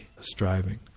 striving